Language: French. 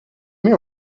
met